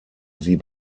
sie